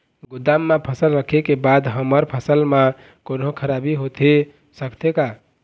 गोदाम मा फसल रखें के बाद हमर फसल मा कोन्हों खराबी होथे सकथे का?